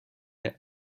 der